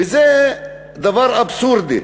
וזה דבר אבסורדי.